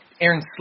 Aaron